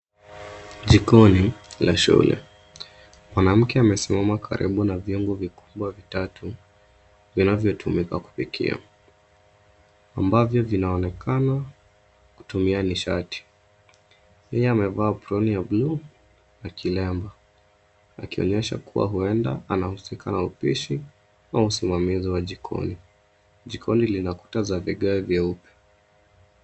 Jikoni la shule. Mwanamke amesimama karibu na vyungu vikubwa vitatu vinavyotumika kupikia, ambavyo vinaonekana kutumia nishati. Pia amevaa aproni ya buluu na kinemba, akionyesha kuwa huenda anahusika na upishi au usimamizi wa jikoni. Jikoni lina kuta za vigae vyeupe.